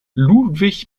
ludwig